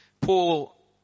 Paul